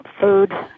food